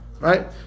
right